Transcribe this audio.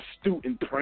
student